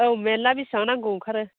औ मेरला बिसिबां नांगौ ओंखारो